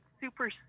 super